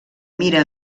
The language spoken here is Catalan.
mira